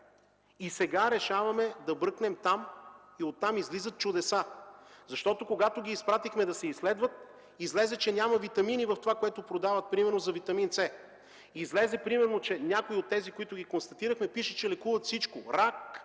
Сега решаваме да бръкнем там и оттам излизат чудеса, защото когато ги изпратихме да се изследват, излезе, че няма витамини в това, което продават примерно за витамин С. Примерно на някои от тези, които ги констатирахме, пише, че лекуват всичко: рак,